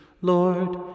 Lord